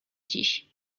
dziś